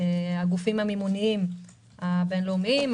גופי המימון הבין-לאומיים,